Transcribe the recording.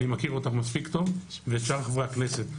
אני מכיר אותך מספיק טוב, ואת שאר חברי הכנסת.